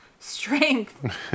strength